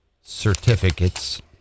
certificates